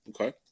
Okay